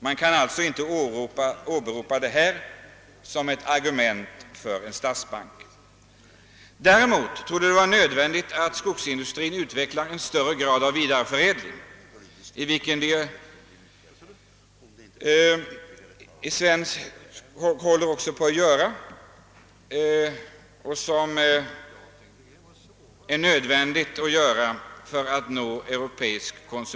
Man kan alltså inte åberopa allt detta som ett argument för en statsbank. Däremot torde det med tanke på det europeiska konsumtionsbehovet vara nödvändigt för skogsindustrin att försöka uppnå högre förädlingsgrad, vilket den också håller på att göra.